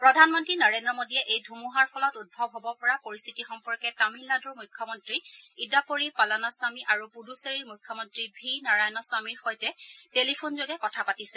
প্ৰধানমন্ত্ৰী নৰেন্দ্ৰ মোডীয়ে এই ধুমুহাৰ ফলত উদ্ভৱ হব পৰা পৰিশ্থিতি সম্পৰ্কে তামিলনাডুৰ মুখ্যমন্ত্ৰী ইডাপড়ি পালানিস্বামী আৰু পুডুচেৰীৰ মুখ্যমন্ত্ৰী ভি নাৰায়ণস্বামীৰ সৈতে টেলিফোনযোগে কথা পাতিছে